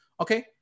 okay